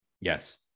Yes